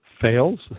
fails